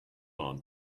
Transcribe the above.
are